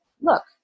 look